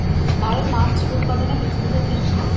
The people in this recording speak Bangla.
ভারত মাছ উৎপাদনে পৃথিবীতে তৃতীয়